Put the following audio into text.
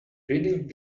reading